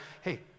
hey